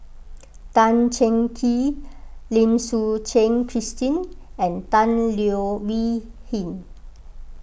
Tan Cheng Kee Lim Suchen Christine and Tan Leo Wee Hin